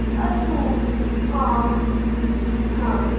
अस्तु आं हा